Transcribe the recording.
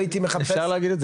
אפשר להגיד את זה,